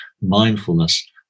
mindfulness